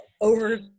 over